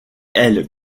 elle